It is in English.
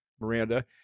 Miranda